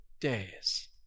days